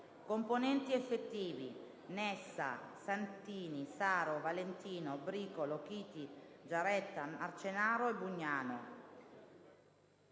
Componenti effettivi, senatori: Nessa, Santini, Saro, Valentino, Bricolo, Chiti, Giaretta, Marcenaro, Bugnano.